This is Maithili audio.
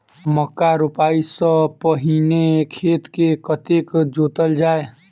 मक्का रोपाइ सँ पहिने खेत केँ कतेक जोतल जाए?